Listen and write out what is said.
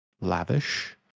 Lavish